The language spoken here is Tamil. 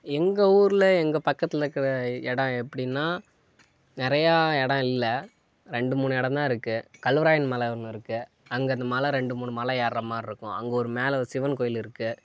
எங்கள் ஊரில் எங்கள் பக்கத்தில் இருக்கிற இடம் எப்படின்னா நிறையா இடம் இல்ல ரெண்டு மூணு இடம் தான் இருக்கு கல்வராயன் மலை ஒன்று இருக்கு அங்கே அந்த மலை ரெண்டு மூணு மலை ஏற மாதிரி இருக்கும் அங்கே ஒரு மேலே சிவன் கோவில் இருக்கு